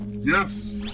Yes